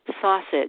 sausage